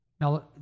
Now